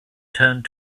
turned